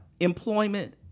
employment